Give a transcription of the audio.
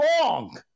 wrong